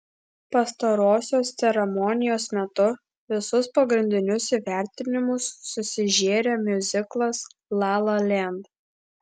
pastarosios ceremonijos metu visus pagrindinius įvertinimus susižėrė miuziklas la la land